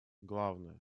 главное